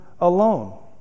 alone